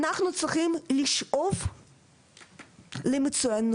אנחנו צריכים לשאוף למצוינות.